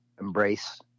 embrace –